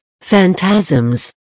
phantasms